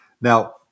Now